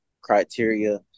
criteria